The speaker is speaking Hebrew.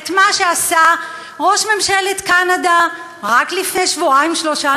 את מה שעשה ראש ממשלת קנדה רק לפני שבועיים-שלושה,